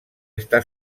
està